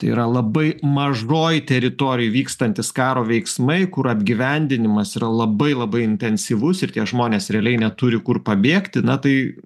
tai yra labai mažoj teritorijoj vykstantys karo veiksmai kur apgyvendinimas yra labai labai intensyvus ir tie žmonės realiai neturi kur pabėgti na tai